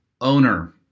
owner